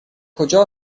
کجا